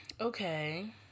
okay